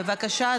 בבקשה,